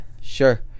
sure